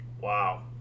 Wow